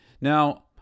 now